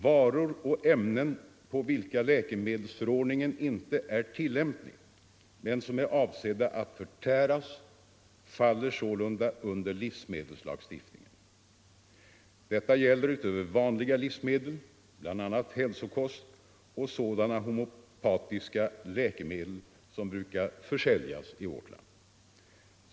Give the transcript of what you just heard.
Varor och ämnen på vilka läke 2 december 1974 medelsförordningen inte är tillämplig, men som är avsedda att förtäras, faller sålunda under livsmedelslagstiftningen. Detta gäller utöver vanliga — Ang. rätten att livsmedel bl.a. hälsokost och sådana homeopatiska läkemedel som brukar — använda vissa s.k. försäljas i vårt land.